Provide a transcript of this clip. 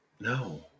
No